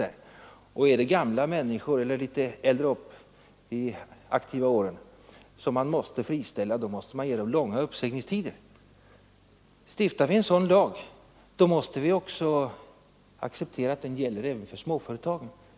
— gäller det människor högre upp i de aktiva åren, som man måste friställa, måste man ge dem lång uppsägningstid — den dagen måste vi också acceptera att lagen gäller även för småföretagen.